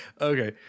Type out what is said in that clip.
Okay